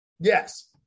Yes